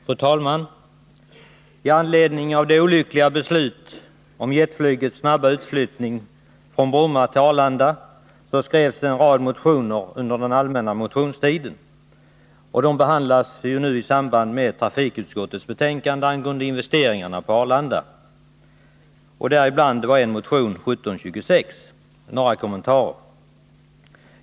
Fru talman! I anledning av det olyckliga beslutet om jetflygets snabba utflyttning från Bromma till Arlanda skrevs en rad motioner under den allmänna motionstiden. De behandlas nu i samband med trafikutskottets 5etänkande angående investeringar på Arlanda. Bland dessa motioner finns motion 1726. Jag har några kommentarer.